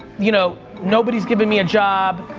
you know, nobody's giving me a job,